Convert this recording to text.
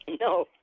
No